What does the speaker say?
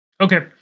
Okay